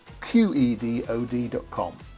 qedod.com